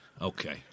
Okay